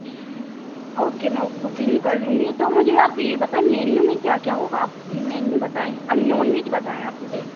okay میں booking کر لوں گی تو مجھے آپ یہ بتائیں مینو میں کیا کیا ہوگا آپ مینو بتائیں اور نان ویج بتائیں آپ مجھے